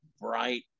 bright